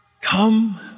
Come